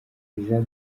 jean